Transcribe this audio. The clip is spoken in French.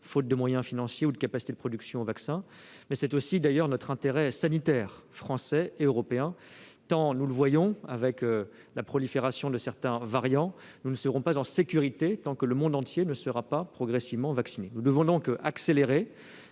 faute de moyens financiers ou de capacités de production, aux vaccins, mais c'est aussi notre intérêt sanitaire, français et européen. En effet, nous voyons bien, devant la prolifération de certains variants, que nous ne serons pas en sécurité tant que le monde entier ne sera pas progressivement vacciné. Nous devons donc accélérer.